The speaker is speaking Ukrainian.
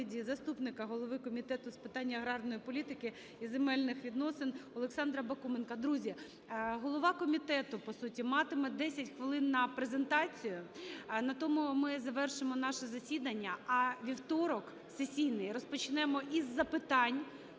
Друзі, голова комітету, по суті, матиме 10 хвилин на презентацію. На тому ми завершимо наше засідання, а у вівторок сесійний розпочнемо із запитань